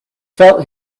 felt